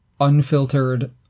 unfiltered